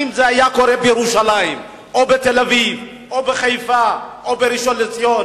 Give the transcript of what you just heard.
אם זה היה קורה בירושלים או בתל-אביב או בחיפה או בראשון-לציון